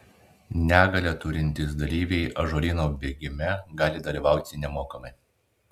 negalią turintys dalyviai ąžuolyno bėgime gali dalyvauti nemokamai